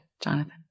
Jonathan